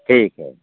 ठीक है